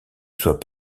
soit